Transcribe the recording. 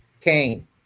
Cain